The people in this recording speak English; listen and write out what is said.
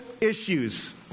issues